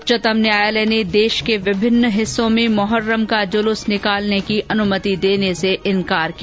उच्चतम न्यायालय ने देश के विभिन्न हिस्सों में मोहर्रम का जुलूस निकालने की अनुमति देने से इंकार किया